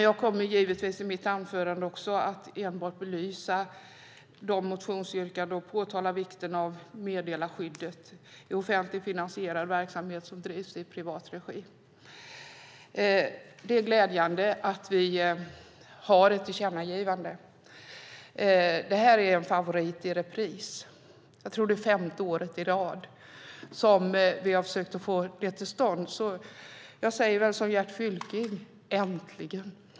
Jag kommer givetvis i mitt anförande att enbart belysa de motionsyrkanden som gäller vikten av meddelarskyddet i offentligt finansierad verksamhet som drivs i privat regi. Det är glädjande att vi har ett förslag om ett tillkännagivande. Det här är en favorit i repris. Jag tror att det är femte året i rad som vi har försökt att få det till stånd. Jag säger som Gert Fylking: Äntligen!